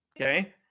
okay